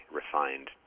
refined